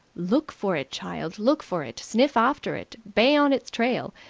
look for it, child, look for it! sniff after it! bay on its trail!